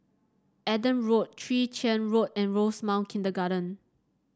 Adam Road Chwee Chian Road and Rosemount Kindergarten